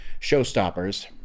showstoppers